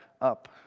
up